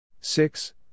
Six